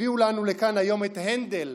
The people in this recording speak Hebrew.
הביאו לנו לכאן היום את הנדל,